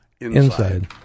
inside